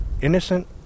innocent